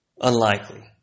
Unlikely